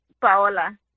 Paola